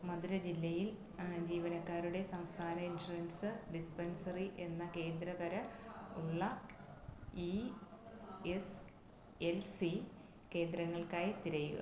മധുര ജില്ലയിൽ ജീവനക്കാരുടെ സംസ്ഥാന ഇൻഷുറൻസ്സ് ഡിസ്പ്പൻസറി എന്ന കേന്ദ്ര തര ഉള്ള ഈ എസ് എൽ സീ കേന്ദ്രങ്ങൾക്കായി തിരയുക